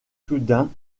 soudain